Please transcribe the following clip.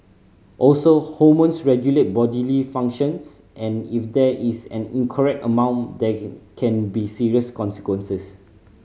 also hormones regulate bodily functions and if there is an incorrect amount there can be serious consequences